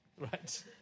right